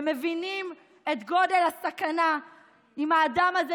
אתם מבינים את גודל הסכנה עם האדם הזה,